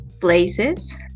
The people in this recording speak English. places